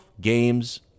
games